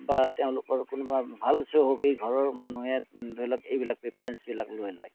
বা তেওঁলোকৰ কোনোবা ভাল চহকী ঘৰৰ মানুহে ধৰি লওক এইবিলাক প্ৰিফাৰেঞ্চবিলাক লৈ লয়